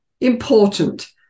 important